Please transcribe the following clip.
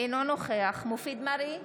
אינו נוכח מופיד מרעי,